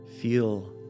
Feel